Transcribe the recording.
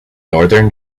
northern